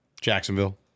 Jacksonville